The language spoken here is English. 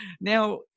Now